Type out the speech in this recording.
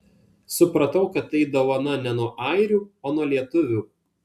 supratau kad tai dovana ne nuo airių o nuo lietuvių